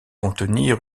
contenir